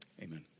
amen